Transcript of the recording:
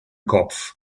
kopf